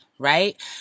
Right